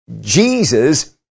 Jesus